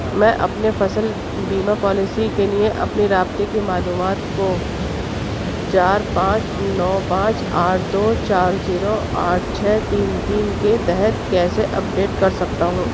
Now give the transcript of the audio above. میں اپنے فصل بیمہ پالیسی کے لیے اپنی رابطے کی معلومات کو چار پانچ نو پانچ آٹھ دو چار زیرو آٹھ چھ تین تین کے تحت کیسے اپ ڈیٹ کر سکتا ہوں